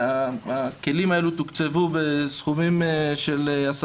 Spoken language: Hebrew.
הכלים האלו תוקצבו בסכומים של 10